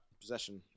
possession